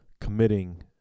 committing